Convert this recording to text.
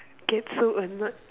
get so annoyed